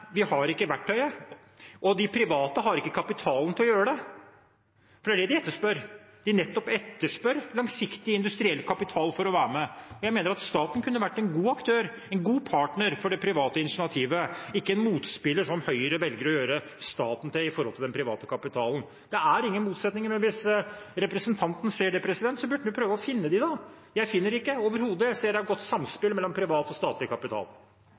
vi har ikke verktøyet, og de private har ikke kapitalen, til å gjøre det. For det er nettopp det de etterspør: langsiktig industriell kapital for å være med. Jeg mener staten kunne vært en god aktør, en god partner, for det private initiativet – ikke en motspiller, som Høyre velger å gjøre staten til når det gjelder den private kapitalen. Det er ingen motsetning mellom disse. Ser representanten det, burde han prøve å finne det. Jeg finner det overhodet ikke. Jeg ser at det er et godt samspill mellom privat og statlig kapital.